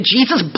Jesus